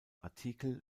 artikel